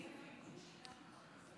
כספים.